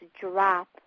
drop